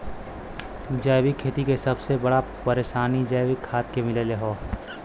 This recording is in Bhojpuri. जैविक खेती के सबसे बड़ा परेशानी जैविक खाद के मिलले हौ